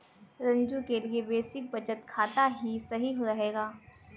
रंजू के लिए बेसिक बचत खाता ही सही रहेगा